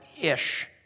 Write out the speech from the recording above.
ish